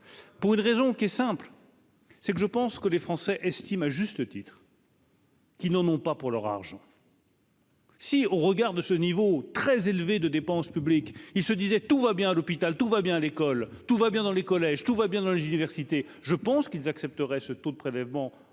pour une raison qui est simple, c'est que je pense que les Français estiment à juste titre. Qui n'en ont pas, pour leur argent. Si on regarde ce niveau très élevé de dépenses publiques, il se disait, tout va bien à l'hôpital, tout va bien à l'école, tout va bien dans les collèges, tout va bien dans les universités, je pense qu'ils accepteraient ce taux de prélèvements